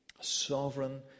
sovereign